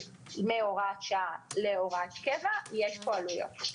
מהוראת שעה להוראת קבע יש פה עלויות.